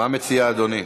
מה מציע אדוני?